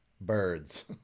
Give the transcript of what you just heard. birds